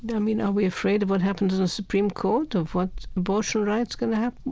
i mean, are we afraid of what happens in the supreme court, of what abortion rights going to happen?